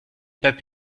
n’aient